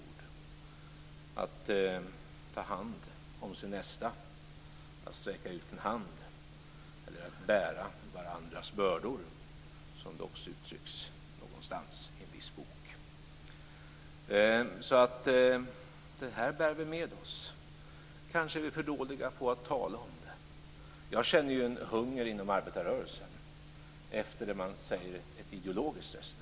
Det betyder att man skall ta hand om sin nästa och att man skall bära varandras bördor, som det också uttrycks någonstans i en viss bok. Det här bär vi med oss. Kanske är vi för dåliga på att tala om det. Jag känner att det inom arbetarrörelsen finns en hunger efter ett ideologiskt resonemang.